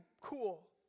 cool